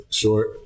short